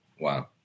Wow